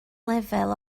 lefel